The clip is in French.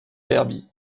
derby